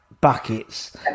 buckets